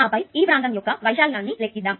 ఆపై ఈ ప్రాంతం యొక్క వైశాల్యాన్ని లెక్కిద్దాము